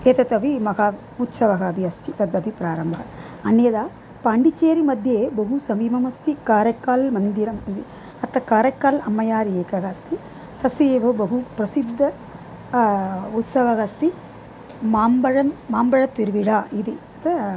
एतत् अपि महान् उत्सवः अपि अस्ति तदपि प्रारम्भः अन्यदा पाण्डिचेरि मध्ये बहु समीपम् अस्ति कारेकाल् मन्दिरम् इति अत्र कार्यकाल् अम्मयार् एकः अस्ति तस्य एव बहु प्रसिद्धः उत्सवः अस्ति माम्बळन् माम्बळतिर्विरा इति अ त